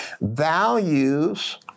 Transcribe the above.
values